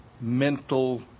mental